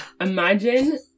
Imagine